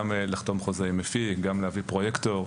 גם לחתום חוזה עם מפיק, גם להביא פרויקטור.